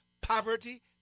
poverty